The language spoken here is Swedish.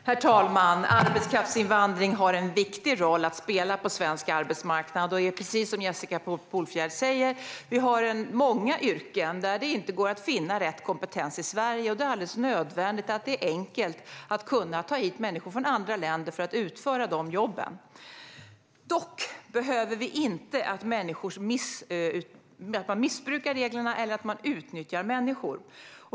Herr talman! Arbetskraftsinvandring har en viktig roll att spela på svensk arbetsmarknad. Det är precis som Jessica Polfjärd säger. Vi har många yrken där det inte går att finna rätt kompetens i Sverige och där det är alldeles nödvändigt att det är enkelt att ta hit människor från andra länder för att utföra jobben. Det ska dock inte vara så att man missbrukar reglerna eller utnyttjar människor.